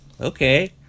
okay